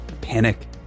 panic